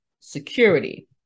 security